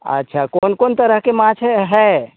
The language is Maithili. अच्छा कोन कोन तरहके माछ छै हइ